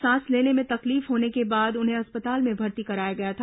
सांस लेने में तकलीफ होने के बाद उन्हें अस्पताल में भर्ती कराया गया था